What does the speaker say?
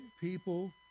people